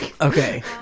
Okay